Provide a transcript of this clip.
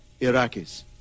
Iraqis